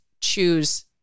choose